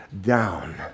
down